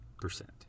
percent